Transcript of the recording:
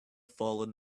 fallen